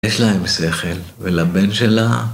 יש להם שכל, ולבן שלה...